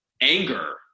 anger